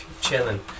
chilling